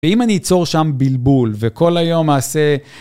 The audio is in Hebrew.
אם אני אצור שם בלבול, וכל היום אעשה...